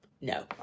No